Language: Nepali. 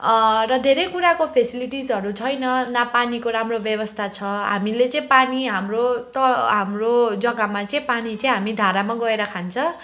र धेरै कुराको फेसिलिटिसहरू छैन न पानीको राम्रो व्यवस्था छ हामीले चाहिँ पानी हाम्रो त हाम्रो जग्गामा चाहिँ पानी चाहिँ हामी धारामा गएर खान्छ